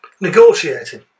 Negotiating